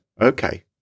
Okay